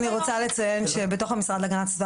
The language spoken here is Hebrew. אני רוצה לציין שבתוך המשרד להגנת הסביבה